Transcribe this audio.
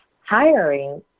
Hiring